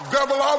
Devil